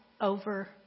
over